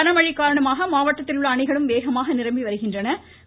கனமழை காரணமாக மாவட்டத்தில் உள்ள அணைகளும் வேகமாக நிரம்பி வருகினக்றன